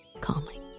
calmly